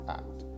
act